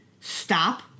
stop